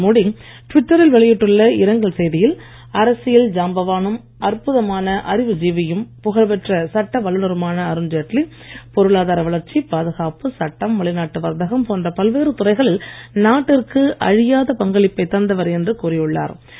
நரேந்திரமோடி டிவிட்டரில் வெளியிட்டுள்ள இரங்கல் செய்தியில் அரசியல் ஜாம்பவானும் அற்புதமான அறிவி ஜீவியும் புகழ்பெற்ற சட்ட வல்லுநருமான அருண்ஜெட்லி பொருளாதார வளர்ச்சி பாதுகாப்பு சட்டம் வெளிநாட்டு வர்த்தகம் போன்ற பல்வேறு துறைகளில் நாட்டிற்கு அழியாத பங்களிப்பை தந்தவர் என்று கூறியுள்ளார்